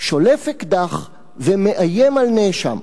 שולף אקדח ומאיים על נאשם.